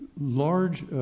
large